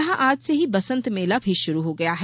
यहां आज से ही बसंत मेला भी शुरू हो गया है